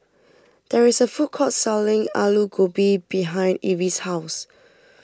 there is a food court selling Alu Gobi behind Evie's house